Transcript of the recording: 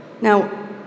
Now